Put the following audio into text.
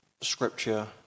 scripture